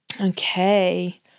Okay